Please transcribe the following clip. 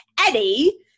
Eddie